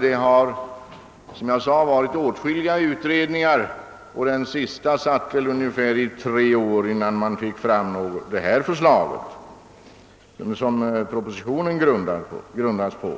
Åtskilliga utredningar har alltså arbetat med denna fråga och den sista satt i ungefär tre år innan den fick fram det förslag som propositionen grundas på.